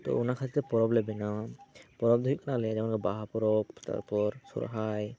ᱛᱚ ᱚᱱᱟ ᱠᱷᱟᱹᱛᱤᱨ ᱯᱚᱨᱚᱵᱽ ᱞᱮ ᱵᱮᱱᱟᱣᱟ ᱯᱚᱨᱚᱵᱽ ᱫᱚ ᱦᱩᱭᱩᱜ ᱠᱟᱱᱟ ᱟᱞᱮ ᱡᱮᱢᱚᱱ ᱵᱟᱦᱟ ᱯᱚᱨᱚᱵᱽ ᱛᱟᱨᱯᱚᱨ ᱥᱚᱦᱚᱨᱟᱭ